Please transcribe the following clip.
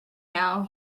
now